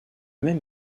même